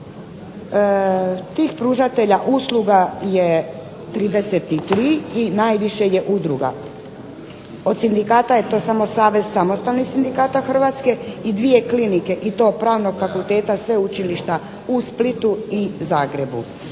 Tih pružatelja usluga je 33 i najviše je udruga. Od sindikata je to samo Savez samostalnih sindikata Hrvatske i dvije klinike i to Pravnog fakulteta Sveučilišta u Splitu i Zagrebu.